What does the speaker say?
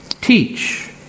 teach